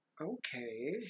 Okay